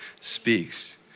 speaks